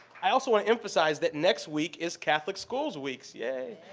i also want to emphasize that next week is catholic schools week! so yay!